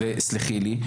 תסלחי לי,